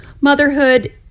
Motherhood